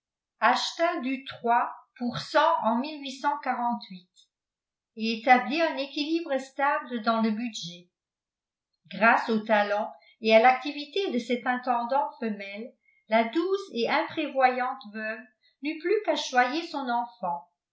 acheta du trois pour cent en et établit un équilibre stable dans le budget grâce aux talents et à l'activité de cet intendant femelle la douce et imprévoyante veuve n'eut plus qu'à choyer son enfant